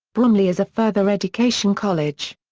bromley is a further education college.